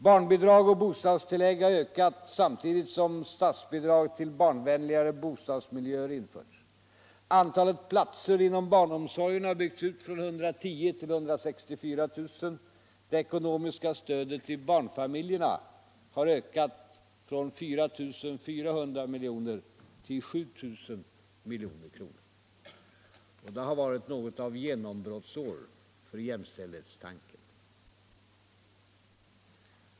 Barnbidrag och bostadstillägg har ökat samtidigt som statsbidrag till barnvänligare bostadsmiljöer har införts. Antalet platser inom barnomsorgen har byggts ut från 110 000 till 164 000. Det ekonomiska stödet till barnfamiljerna har ökat från 4 400 milj.kr. till 7.000 milj.kr. Det har varit något av genombrottsår för jämställdhetstanken.